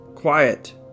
Quiet